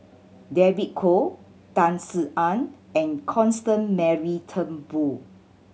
David Kwo Tan Sin Aun and Constance Mary Turnbull